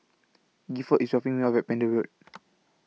Gifford IS dropping Me off At Pender Road